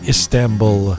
Istanbul